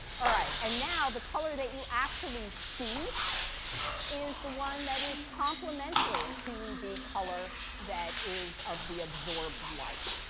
all right, and now, the color that you actually see is the one that is complimentary to the color that is of the absorbed light.